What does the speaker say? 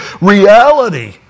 Reality